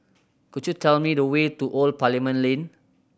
could you tell me the way to Old Parliament Lane